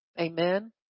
Amen